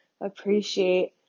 appreciate